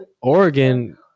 Oregon